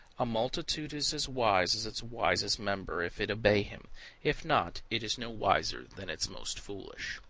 a multitude is as wise as its wisest member if it obey him if not, it is no wiser than its most foolish.